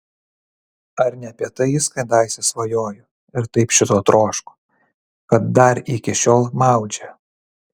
ar ne apie tai jis kadaise svajojo ir taip šito troško kad dar iki šiol maudžia